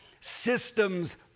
systems